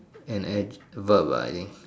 an adj verb ah I think